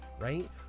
right